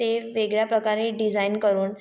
ते वेगळ्याप्रकारे डिझाईन करून